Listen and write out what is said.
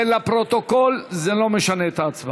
זה לפרוטוקול, זה לא משנה את ההצבעה.